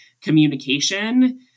communication